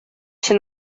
się